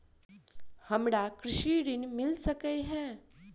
हमरा कृषि ऋण मिल सकै है?